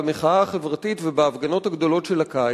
במחאה החברתית ובהפגנות הגדולות של הקיץ,